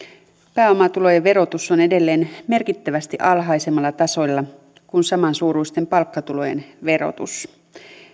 pääomatulojen verotus on edelleen merkittävästi alhaisemmalla tasolla kuin samansuuruisten palkkatulojen verotus